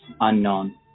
unknown